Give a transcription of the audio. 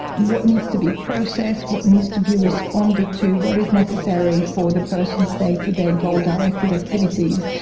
what needs to be processed, what needs to be responded to, what is necessary for the person's day to day goal-directed activities.